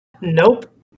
Nope